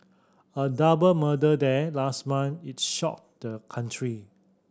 a double murder there last month is shocked the country